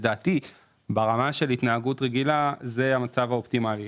לדעתי ברמה של התנהגות רגילה זה המצב האופטימלי.